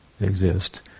exist